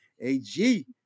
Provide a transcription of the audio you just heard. AG